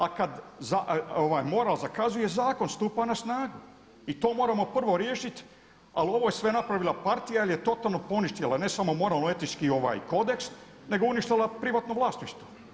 A kada moral zakazuje, zakon stupa na snagu i to moramo prvo riješiti, ali ovo je sve napravila partija jer je totalno poništila ne samo moralno-etički kodeks, nego uništila privatno vlasništvo.